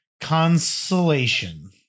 Consolation